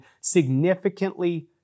significantly